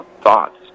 thoughts